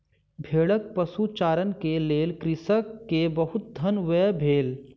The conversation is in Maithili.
भेड़क पशुचारण के लेल कृषक के बहुत धन व्यय भेल